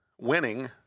winning